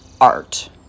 art